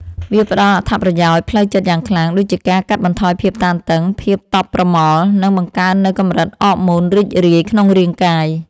វាផ្ដល់អត្ថប្រយោជន៍ផ្លូវចិត្តយ៉ាងខ្លាំង ដូចជាការកាត់បន្ថយភាពតានតឹង ភាពតប់ប្រមល់ និងបង្កើននូវកម្រិតអរម៉ូនរីករាយក្នុងរាងកាយ។